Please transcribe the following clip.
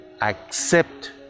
accept